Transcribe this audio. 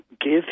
give